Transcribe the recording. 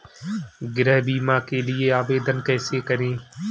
गृह बीमा के लिए आवेदन कैसे करें?